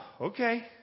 Okay